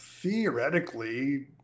Theoretically